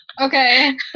okay